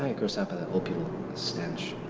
i get grossed out by that old people stench.